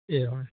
एवम्